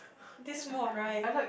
this mod right